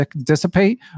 dissipate